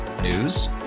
News